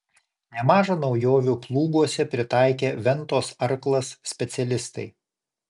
nemaža naujovių plūguose pritaikė ventos arklas specialistai